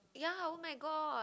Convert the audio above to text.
ya oh-my-god